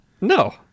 no